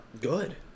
Good